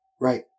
Right